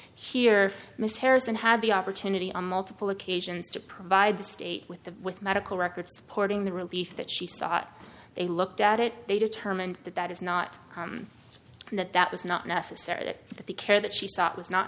here mr harrison had the opportunity on multiple occasions to provide the state with the with medical records supporting the relief that she sought they looked at it they determined that that is not and that that was not necessary that the care that she sought was not